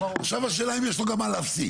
עכשיו השאלה אם יש לו גם מה להפסיד.